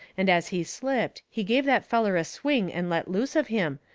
and as he slipped he give that feller a swing and let loose of him,